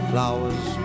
Flowers